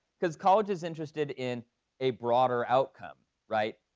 cuz college is interested in a broader outcome, right?